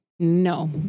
No